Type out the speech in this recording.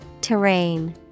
Terrain